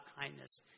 kindness